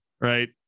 right